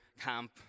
camp